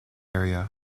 area